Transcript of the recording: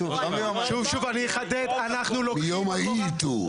שוב, אני אחדד --- מיום אי האיתור.